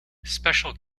special